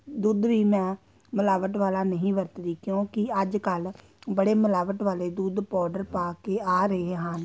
ਦੁੱਧ ਵੀ ਮੈਂ ਮਿਲਾਵਟ ਵਾਲਾ ਨਹੀਂ ਵਰਤਦੀ ਕਿਉਂਕਿ ਅੱਜ ਕੱਲ੍ਹ ਬੜੇ ਮਿਲਾਵਟ ਵਾਲੇ ਦੁੱਧ ਪਾਊਡਰ ਪਾ ਕੇ ਆ ਰਹੇ ਹਨ